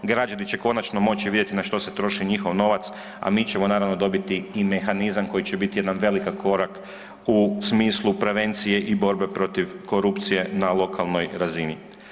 Građani će konačno moći vidjeti na što se troši njihov novac, a mi ćemo naravno dobiti i mehanizam koji će biti jedan veliki korak u smislu prevencije i borbe protiv korupcije na lokalnoj razini.